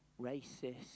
racist